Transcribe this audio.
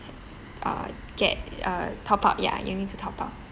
uh get a top up ya you need to top up